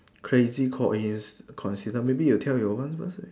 crazy coinci~ coincident maybe you tell your one what's it